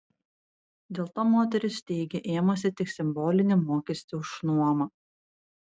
dėl to moteris teigia ėmusi tik simbolinį mokestį už nuomą